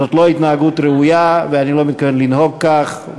זאת לא התנהגות ראויה ואני לא מתכוון לנהוג כך.